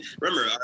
remember